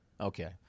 Okay